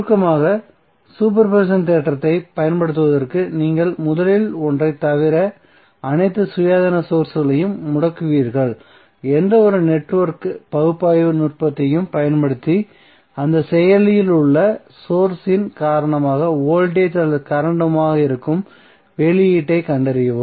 சுருக்கமாக superposition தேற்றத்தைப் பயன்படுத்துவதற்கு நீங்கள் முதலில் ஒன்றைத் தவிர அனைத்து சுயாதீன சோர்ஸ்களையும் முடக்குவீர்கள் எந்தவொரு நெட்வொர்க் பகுப்பாய்வு நுட்பத்தையும் பயன்படுத்தி அந்த செயலில் உள்ள சோர்ஸ் இன் காரணமாக வோல்டேஜ் அல்லது கரண்ட்மாக இருக்கும் வெளியீட்டைக் கண்டறியவும்